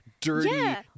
dirty